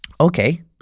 Okay